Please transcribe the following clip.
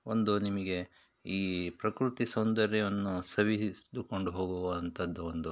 ಒಂದು ನಿಮಗೆ ಈ ಪ್ರಕೃತಿ ಸೌಂದರ್ಯವನ್ನು ಸವಿದುಕೊಂಡು ಹೋಗುವಂಥದ್ದು ಒಂದು